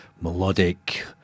melodic